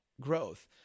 growth